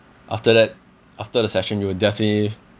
after that after the session you will definitely